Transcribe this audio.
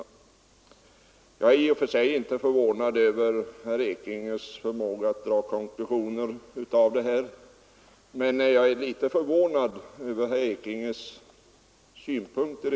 I och för sig är jag inte förvånad över herr Ekinges förmåga att dra konklusioner. Men jag är trots allt litet överraskad av herr Ekinges synpunkter.